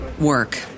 work